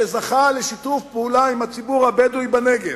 שזכה לשיתוף פעולה עם הציבור הבדואי בנגב,